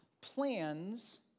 Plans